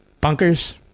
bunkers